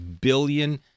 billion